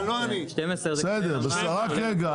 רק רגע,